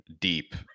deep